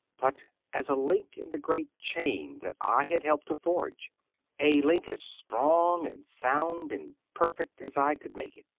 but as a link in the great chain that i had helped to forge a link as strong and sound and perfect as i could make it.